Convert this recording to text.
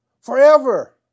forever